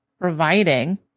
providing